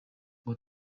ngo